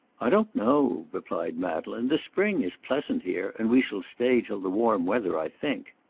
i don't know, replied madeleine the spring is pleasant here, and we shall stay till the warm weather, i think.